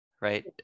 Right